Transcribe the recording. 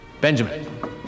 Benjamin